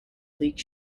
bleak